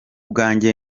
bwanjye